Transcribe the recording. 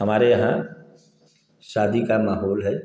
हमारे यहाँ शादी का माहौल है